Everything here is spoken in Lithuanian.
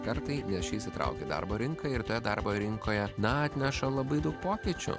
kartai nes ši įsitraukė į darbo rinką ir toje darbo rinkoje atneša labai daug pokyčių